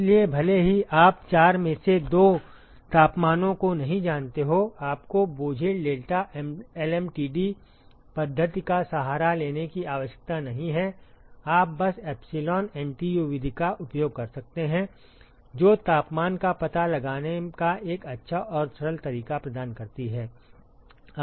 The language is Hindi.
इसलिए भले ही आप 4 में से 2 तापमानों को नहीं जानते हों आपको बोझिल डेल्टा एलएमटीडी पद्धति का सहारा लेने की आवश्यकता नहीं है आप बस एप्सिलॉन एनटीयू विधि का उपयोग कर सकते हैं जो तापमान का पता लगाने का एक अच्छा और सरल तरीका प्रदान करती है